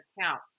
account